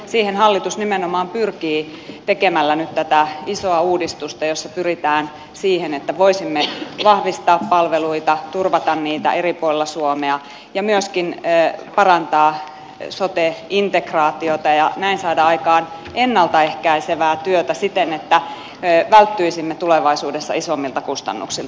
siihen hallitus nimenomaan pyrkii tekemällä nyt tätä isoa uudistusta jossa pyritään siihen että voisimme vahvistaa palveluita turvata niitä eri puolilla suomea ja myöskin parantaa sote integraatiota ja näin saada aikaan ennalta ehkäisevää työtä siten että välttyisimme tulevaisuudessa isommilta kustannuksilta